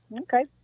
Okay